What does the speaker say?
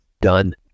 done